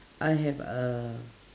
I have err